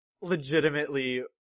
legitimately